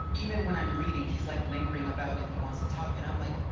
even when i'm reading he's like lingering about and he wants to talk and i'm like,